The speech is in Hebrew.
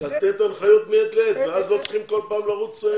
לתת הנחיות מעת לעת ואז לא צריך כל פעם לרוץ.